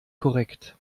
korrekt